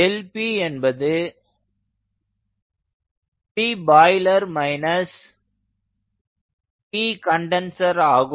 Δp என்பது pBoiler pcondenser ஆகும்